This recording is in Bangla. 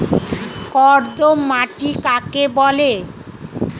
কর্দম মাটি কাকে বলে?